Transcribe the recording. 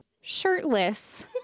shirtless